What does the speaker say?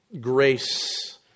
Grace